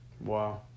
wow